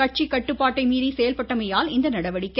கட்சிக்கட்டுப்பாட்டை மீறி செயல்பட்டமையால் இந்நடவடிக்கை